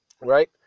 right